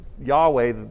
Yahweh